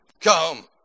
come